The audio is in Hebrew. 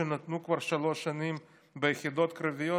שנתנו כבר שלוש שנים ביחידות קרביות,